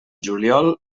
juliol